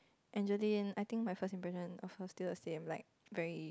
Angeline I think my first impression of her still the same like very